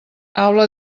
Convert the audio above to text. aula